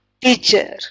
teacher